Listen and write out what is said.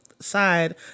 side